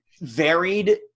varied